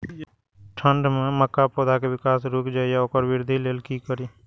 ठंढ में मक्का पौधा के विकास रूक जाय इ वोकर वृद्धि लेल कि करी?